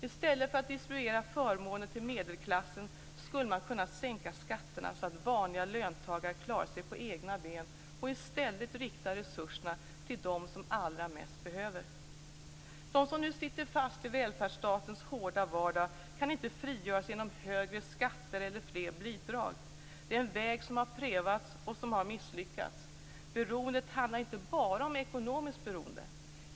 I stället för att distribuera förmåner till medelklassen skulle man kunna sänka skatterna så att vanliga löntagare klarar sig på egna ben och i stället rikta resurserna till dem som allra mest behöver. De som nu sitter fast i välfärdsstatens hårda vardag kan inte frigöras genom högre skatter eller fler bidrag. Det är en väg som har prövats och som har misslyckats. Beroendet handlar inte bara om ett ekonomiskt beroende.